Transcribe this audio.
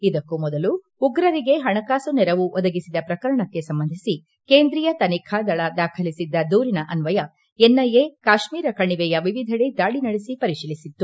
ಇದಕ್ಕೂ ಮೊದಲು ಉಗ್ರರಿಗೆ ಹಣಕಾಸು ನೆರವು ಒದಗಿಸಿದ ಪ್ರಕರಣಕ್ಕೆ ಸಂಬಂಧಿಸಿ ಕೇಂದ್ರೀಯ ತನಿಖಾ ದಳ ದಾಖಲಿಸಿದ್ದ ದೂರಿನ ಅನ್ವಯ ಎನ್ಐಎ ಕಾಶ್ಮೀರ ಕಣಿವೆಯ ವಿವಿಧೆಡೆ ದಾಳಿ ನಡೆಸಿ ಪರಿಶೀಲಿಸಿತ್ತು